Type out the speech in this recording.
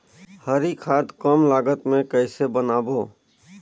हरी खाद कम लागत मे कइसे बनाबो?